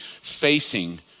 facing